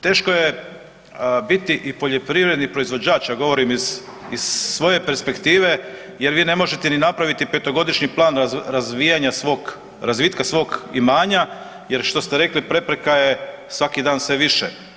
Teško je biti i poljoprivredni proizvođač, a govorim iz svoje perspektive jer vi ne možete ni napraviti petogodišnji plan razvitka svog imanja jer što ste rekli prepreka je svaki dan sve više.